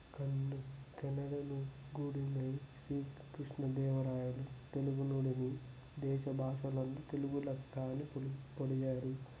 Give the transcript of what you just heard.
కన్ను కన్నడలో కూడా ఉన్నాయి శ్రీకృష్ణదేవరాయలు తెలుగులోనివి దేశభాషలందు తెలుగు లెస్స అని పొగిడారు